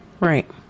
Right